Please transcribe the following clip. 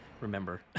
remember